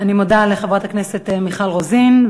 אני מודה לחברת הכנסת מיכל רוזין.